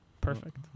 Perfect